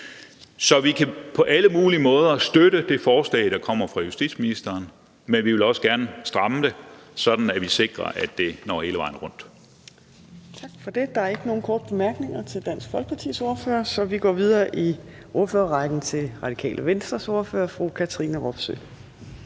Så vi kan på alle mulige måder støtte det forslag, der kommer fra justitsministeren, men vi vil også gerne stramme det, sådan at vi sikrer, at det når hele vejen rundt. Kl. 13:35 Fjerde næstformand (Trine Torp): Tak for det. Der er ikke nogen korte bemærkninger til Dansk Folkepartis ordfører, så vi går videre i ordførerrækken til Radikale Venstres ordfører, fru Katrine Robsøe.